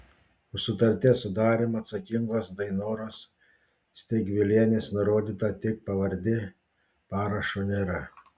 už sutarties sudarymą atsakingos dainoros steigvilienės nurodyta tik pavardė parašo nėra